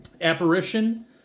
Apparition